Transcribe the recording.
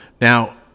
Now